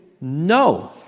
no